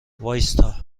وایستا